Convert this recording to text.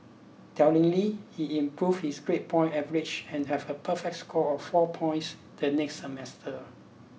tellingly he improved his grade point average and had a perfect score of four points the next semester